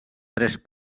tres